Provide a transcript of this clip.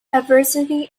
adversity